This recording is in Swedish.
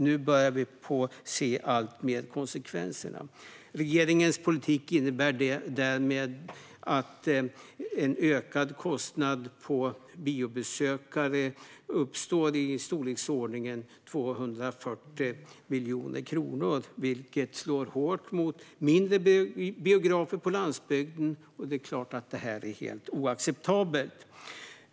Nu börjar vi se konsekvenserna av det. Regeringens politik innebär därmed att en ökad kostnad för biobesökarna uppstår med i storleksordningen 240 miljoner kronor, vilket slår hårt mot mindre biografer på landsbygden. Det är klart att det är helt oacceptabelt.